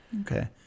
okay